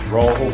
Roll